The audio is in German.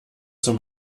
zum